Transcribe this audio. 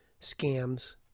Scams